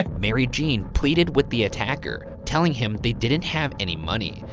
mary jeanne pleaded with the attacker, telling him they didn't have any money.